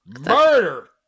Murder